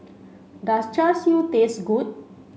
does Char Siu taste good